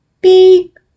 beep